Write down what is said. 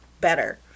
better